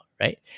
right